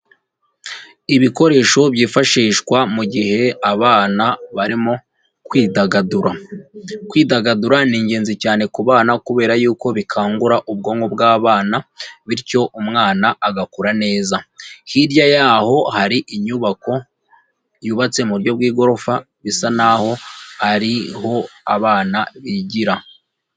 Ibikoresho byifashishwa mu gihe abana barimo kwidagadura. Kwidagadura ni ingenzi cyane ku bana, kubera yuko bikangura ubwonko bw'abana, bityo umwana agakura neza. Hirya y'aho hari inyubako yubatse mu buryo bw'igorofa bisa naho ari ho abana bigira.